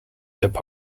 dept